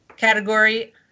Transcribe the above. category